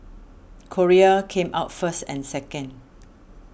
Korea came out first and second